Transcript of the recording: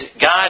God